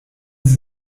sie